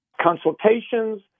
consultations